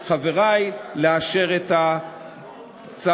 אה, אוקיי, לא להסתייגות.